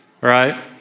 right